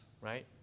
right